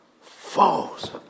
Falls